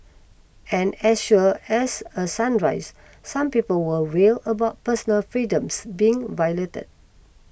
and as sure as a sunrise some people will wail about personal freedoms being violated